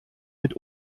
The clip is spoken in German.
mit